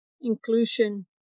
inclusion